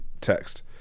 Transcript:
text